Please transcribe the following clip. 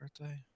birthday